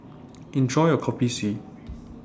Enjoy your Kopi C